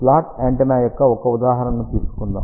slot antenna యొక్క ఒక ఉదాహరణ ను తీసుకుందాం